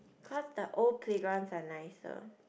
cause the old playgrounds are nicer